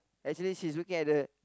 actually she's looking at the